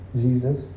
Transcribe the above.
Jesus